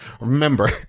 remember